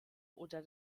oder